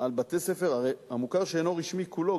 הרי המוכר שאינו רשמי כולו,